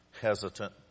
hesitant